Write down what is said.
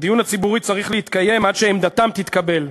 הדיון הציבורי צריך להתקיים עד שעמדתן תתקבל.